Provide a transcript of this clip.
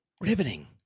riveting